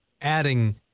adding